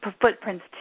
Footprints